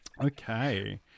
Okay